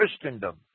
Christendom